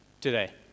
today